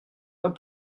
pas